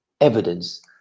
evidence